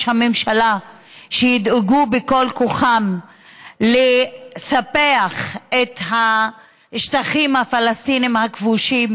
הממשלה שידאגו בכל כוחם לספח את השטחים הפלסטיניים הכבושים,